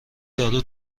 یارو